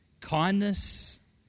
kindness